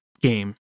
game